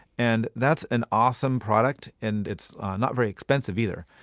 and that's an awesome product, and it's not very expensive either.